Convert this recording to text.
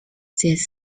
this